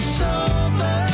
sober